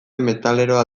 metaleroa